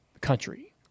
country